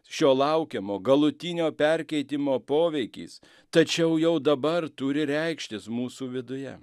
šio laukiamo galutinio perkeitimo poveikis tačiau jau dabar turi reikštis mūsų viduje